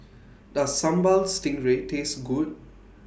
Does Sambal Stingray Taste Good